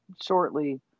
shortly